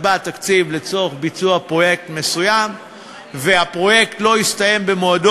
נקבע תקציב לצורך ביצוע פרויקט מסוים והפרויקט לא הסתיים במועדו,